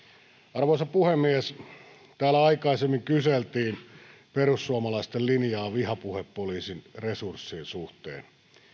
arvoisa puhemies täällä aikaisemmin kyseltiin perussuomalaisten linjaa vihapuhepoliisin resurssin suhteen